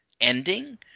ending